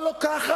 אבל לא ככה.